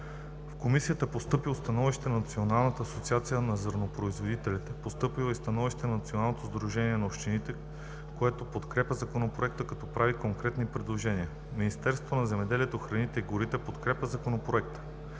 В Комисията е постъпило становище на Националната асоциация на зърнопроизводителите. Постъпило е и становище на Националното сдружение на общините, което подкрепя законопроекта, като прави конкретни предложения. Министерството на земеделието, храните и горите подкрепя законопроекта.